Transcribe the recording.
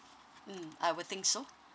mm I will think so